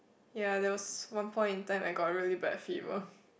ya there was one point in time I got a really bad fever